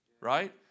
Right